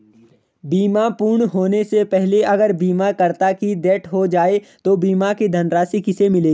बीमा पूर्ण होने से पहले अगर बीमा करता की डेथ हो जाए तो बीमा की धनराशि किसे मिलेगी?